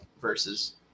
versus